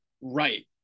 right